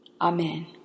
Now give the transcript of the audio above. Amen